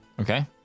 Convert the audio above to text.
Okay